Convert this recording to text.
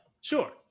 sure